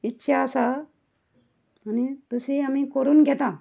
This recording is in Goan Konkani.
इच्छा आसा आनी तसी आमी करून घेता